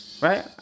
Right